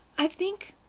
i think,